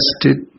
tested